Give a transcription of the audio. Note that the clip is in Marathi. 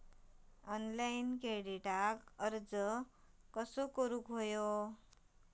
ऑनलाइन क्रेडिटाक अर्ज कसा करुचा?